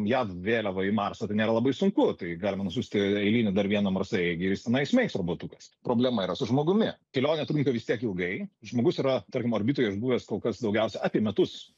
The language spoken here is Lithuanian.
jav vėliavą į marsą tai nėra labai sunku tai galima nusiųsti eilinį dar vieną marsaeigį ir jis tenai įsmeigs robotukas problema yra su žmogumi kelionė trunka vis tiek ilgai žmogus yra tarkim orbitoje išbuvęs kol kas daugiausia apie metus